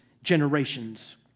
generations